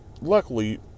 luckily